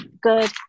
good